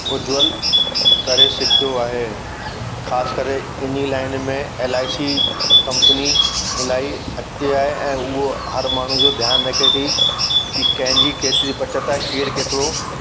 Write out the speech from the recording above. उज्जवल करे सघंदो आहे ख़ासि करे इन्ही लाइन में एल आई सी कंपनी इलाही अॻिते आहे ऐं उहो हरु माण्हू जो ध्यानु रखे थी की कंहिंजी केतिरी बचति आहे केरु केतिरो